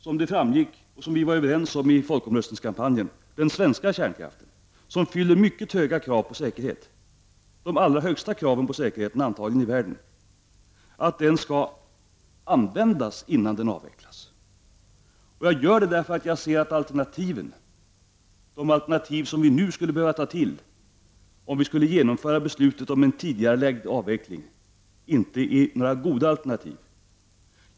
Jag anser — liksom vi var överens om i folkomröstningskampanjen — att den svenska kärnkraften, som fyller mycket höga krav på säkerhet, antagligen de allra högsta kraven på säkerhet i världen, skall användas innan den avvecklas. Och jag anser det därför att jag ser att de alternativ som vi nu skulle behöva ta till, om vi skulle genomföra beslutet om en tidigarelagd avveckling, inte är några goda alternativ.